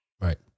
Right